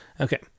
Okay